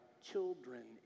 children